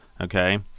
Okay